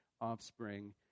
offspring